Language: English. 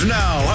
now